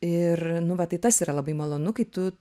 ir nu va tai tas yra labai malonu kai tu